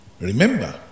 Remember